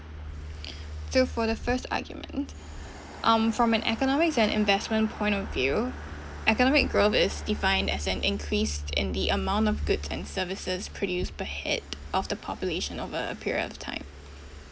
so for the first argument um from an economics and investment point of view economic growth is defined as an increase in the amount of goods and services produced per head of the population over a period of time